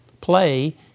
play